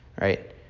right